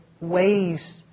ways